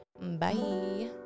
bye